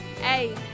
hey